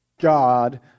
God